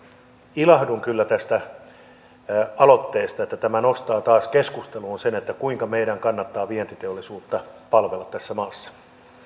ilahdun kyllä tästä aloitteesta että tämä nostaa taas keskusteluun sen kuinka meidän kannattaa vientiteollisuutta palvella tässä maassa